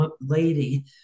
lady